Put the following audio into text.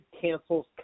cancels